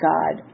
God